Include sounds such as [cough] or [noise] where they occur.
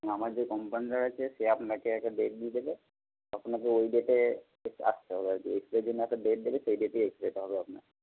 আমার যে কম্পাউন্ডার আছে সে আপনাকে একটা ডেট দিয়ে দেবে আপনাকে ওই ডেটে [unintelligible] আসতে হবে আর কি এক্সরের জন্য একটা ডেট দেবে সেই ডেটেই এক্সরেটা হবে আপনার